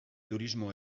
turismo